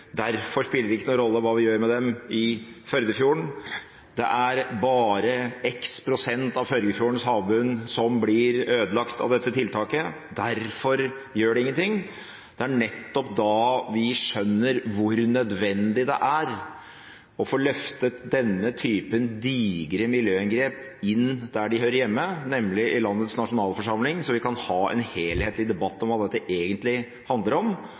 derfor spiller det ikke noen rolle hva vi gjør med dem i Førdefjorden, det er bare x pst. av Førdefjordens havbunn som blir ødelagt av dette tiltaket, derfor gjør det ingenting − at vi skjønner hvor nødvendig det er å få løftet denne typen digre miljøinngrep inn der de hører hjemme, nemlig i landets nasjonalforsamling. Da kan vi ta en helhetlig debatt om hva dette egentlig handler om,